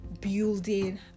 building